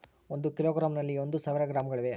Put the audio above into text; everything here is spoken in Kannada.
ಒಂದು ಕಿಲೋಗ್ರಾಂ ನಲ್ಲಿ ಒಂದು ಸಾವಿರ ಗ್ರಾಂಗಳಿವೆ